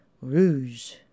rouge